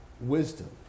wisdom